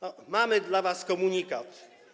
No, mamy dla was komunikat.